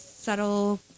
subtle